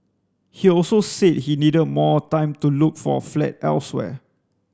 he also said he needed more time to look for a flat elsewhere